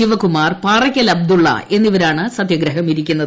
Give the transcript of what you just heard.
ശിവകുമാർ പാറയ്ക്കൽ അബ്ദുള്ള എന്നിവരാണ് സത്യാഗ്രഹം ഇരിക്കുന്നത്